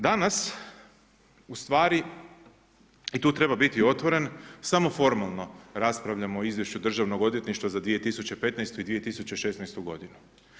Danas, u stvari i tu treba biti otvoren, samo formalno raspravljamo o izvješću državnog odvjetništva za 2015. i 2016. godinu.